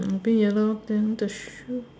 a bit yellow then the shoe